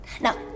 Now